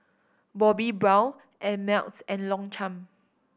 Bobbi Brown Ameltz and Longchamp